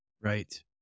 Right